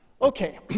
Okay